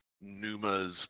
numa's